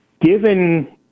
given